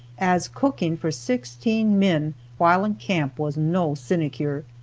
as cooking for sixteen men while in camp was no sinecure.